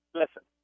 listen